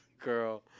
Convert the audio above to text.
girl